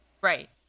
right